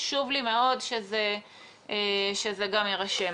חשוב לי מאוד שזה גם יירשם.